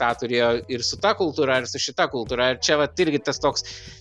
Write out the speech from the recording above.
tą turėjo ir su ta kultūra ir su šita kultūra ir čia vat irgi tas toks